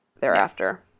thereafter